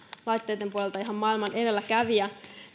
laitteitten puolella ihan maailman edelläkävijä